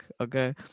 Okay